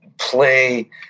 play